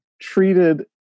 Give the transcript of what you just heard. treated